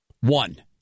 One